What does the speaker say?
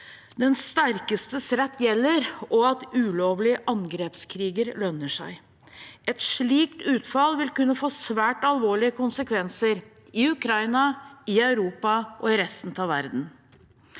den sterkestes rett gjelder, og at ulovlige angrepskriger lønner seg. Et slikt utfall vil kunne få svært alvorlige konsekvenser i Ukraina, i Europa og i resten av verden.